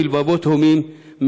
בלבבות הומים,